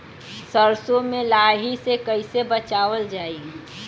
सरसो में लाही से कईसे बचावल जाई?